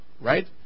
Right